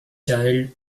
child